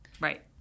right